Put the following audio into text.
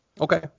Okay